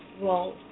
role